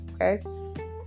okay